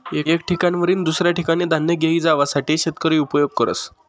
एक ठिकाणवरीन दुसऱ्या ठिकाने धान्य घेई जावासाठे शेतकरी उपयोग करस